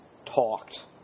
talked